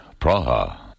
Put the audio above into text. Praha